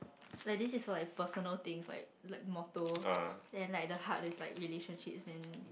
like this is my personal things like like motto and like the heart is like relationships then